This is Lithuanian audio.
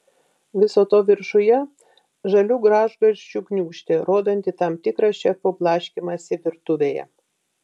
viso to viršuje žalių gražgarsčių gniūžtė rodanti tam tikrą šefo blaškymąsi virtuvėje